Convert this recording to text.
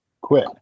quit